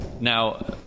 Now